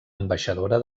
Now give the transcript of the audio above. ambaixadora